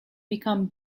become